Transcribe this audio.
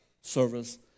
service